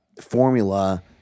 formula